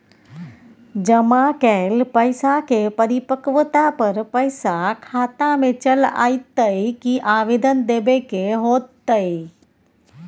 जमा कैल पैसा के परिपक्वता पर पैसा खाता में चल अयतै की आवेदन देबे के होतै?